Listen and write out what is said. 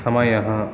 समयः